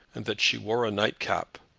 and that she wore a nightcap,